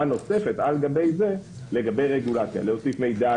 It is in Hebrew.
נוספת על גבי זה לגבי רגולציה להוסיף מידע,